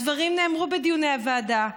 הדברים נאמרו בדיוני הוועדה.